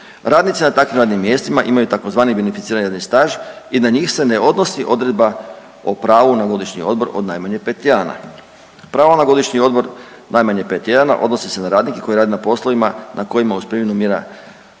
Radnici na takvim radnim mjestima imaju tzv. beneficirani radni staž i na njih se ne odnosi odredba o pravu na godišnji odmor od najmanje pet tjedana. Pravo na godišnji odmor najmanje pet tjedana odnosi se na radnike koji rade na poslovima na kojima uz primjenu mjera